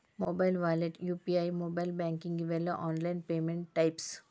mobile wallet UPI mobile banking ಇವೆಲ್ಲ online payment types